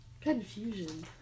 Confusion